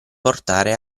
portare